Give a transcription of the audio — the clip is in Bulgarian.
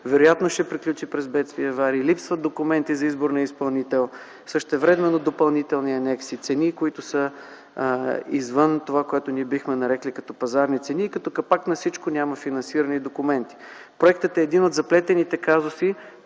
вероятно ще приключи през бедствия и аварии, липсват документи за избор на изпълнител, същевременно допълнителни анекси, цени, които са извън това, което ние бихме нарекли като пазарни цени, и като капак на всичко няма финансирани документи. Проектът е един от заплетените казуси,